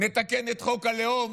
נתקן את חוק הלאום